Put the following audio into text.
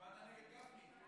הצבעת נגד גפני.